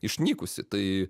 išnykusi tai